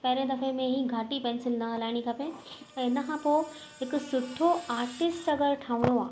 पहिरीं दफ़े में ई घाटी पैंसिल न हलाइणी खपे ऐं इन खां पोइ हिकु सुठो आर्टिस्ट अगरि ठहणो आहे